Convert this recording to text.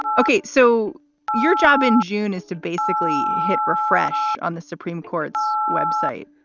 ok, so your job in june is to basically hit refresh on the supreme court's web site.